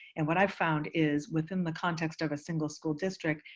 and what i've found is within the context of a single school district,